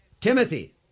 Timothy